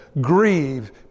grieve